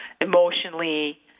emotionally